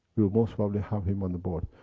we will most probably have him on the board.